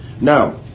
Now